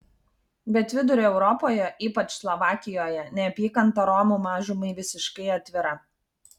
bet vidurio europoje ypač slovakijoje neapykanta romų mažumai visiškai atvira